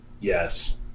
Yes